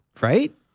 Right